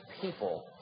people